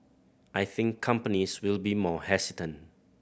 I think companies will be more hesitant